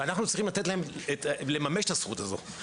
ואנחנו צריכים לתת להם לממש את הזכות הזאת.